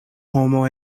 homo